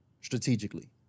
strategically